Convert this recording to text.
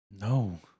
no